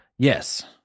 yes